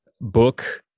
book